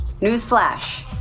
Newsflash